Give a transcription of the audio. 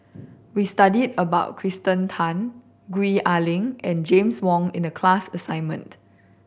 we studied about Kirsten Tan Gwee Ah Leng and James Wong in the class assignment